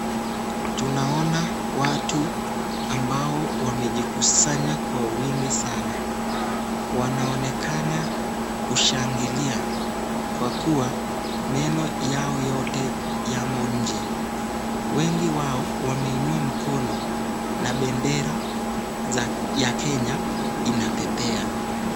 Tunaona watu ambao wamejikusanya kwa wingi sana, wanaonekana kwa kushangilia ,kwa kuwa neno yao yote yamo nje ,wengi wao wameinua mkono na bendera ya Kenya inapepea.